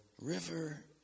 river